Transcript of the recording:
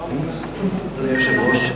אדוני היושב-ראש,